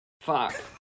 Fuck